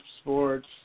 sports